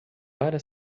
para